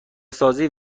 سازی